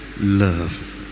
Love